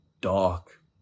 dark